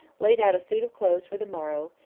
laid out a suit of clothes for the morrow,